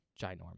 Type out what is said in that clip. ginormous